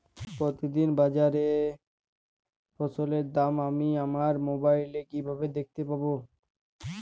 প্রতিদিন বাজারে ফসলের দাম আমি আমার মোবাইলে কিভাবে দেখতে পাব?